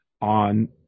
on